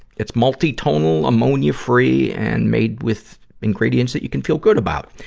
it's multi-tonal, ammonia-free, and made with ingredients that you can feel good about.